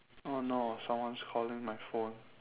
oh no someone's calling my phone